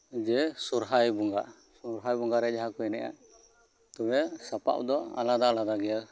ᱡᱮ ᱥᱚᱨᱦᱟᱭ ᱵᱚᱸᱜᱟ ᱥᱚᱨᱦᱟᱭ ᱵᱚᱸᱜᱟ ᱨᱮ ᱡᱟᱦᱟᱸ ᱠᱚ ᱮᱱᱮᱡᱼᱟ ᱛᱚᱵᱮ ᱥᱟᱯᱟᱵ ᱫᱚ ᱟᱞᱟᱫᱟ ᱟᱞᱟᱫᱟ ᱜᱮᱭᱟ